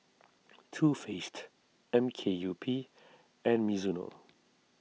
Too Faced M K U P and Mizuno